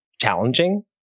challenging